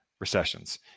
recessions